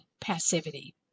passivity